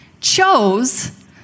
chose